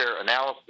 analysis